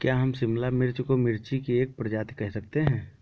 क्या हम शिमला मिर्च को मिर्ची की एक प्रजाति कह सकते हैं?